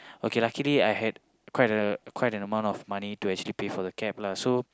okay luckily I had quite a quite an amount of money to actually pay for the cab lah so